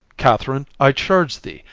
katherine, i charge thee,